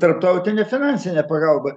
tarptautinė finansinė pagalba